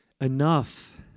Enough